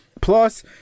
plus